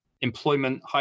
employment